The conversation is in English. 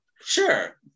Sure